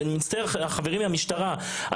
אני מצטער חברי מהמשטרה,